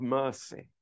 mercy